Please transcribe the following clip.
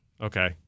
okay